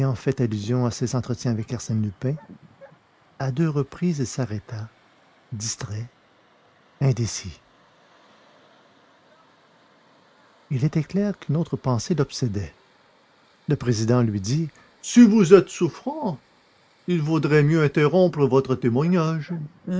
fait allusion à ses entretiens avec arsène lupin à deux reprises il s'arrêta distrait indécis il était clair qu'une autre pensée l'obsédait le président lui dit si vous êtes souffrant il vaudrait mieux interrompre votre témoignage